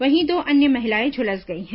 वहीं दो अन्य महिलाएं झुलस गई हैं